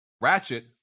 Ratchet